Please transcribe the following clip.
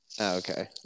Okay